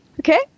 okay